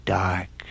dark